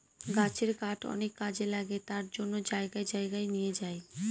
গাছের কাঠ অনেক কাজে লাগে তার জন্য জায়গায় জায়গায় নিয়ে যায়